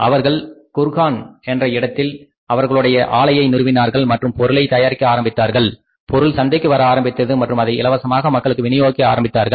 அவர்கள் குர்கான் என்ற இடத்தில் அவர்களுடைய ஆளையை நிறுவினார்கள் மற்றும் பொருளை தயாரிக்க ஆரம்பித்தார்கள் பொருள் சந்தைக்கு வர ஆரம்பித்தது மற்றும் அதை இலவசமாக மக்களுக்கு வினியோகிக்க ஆரம்பித்தார்கள்